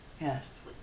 Yes